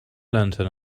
lantern